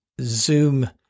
Zoom